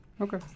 okay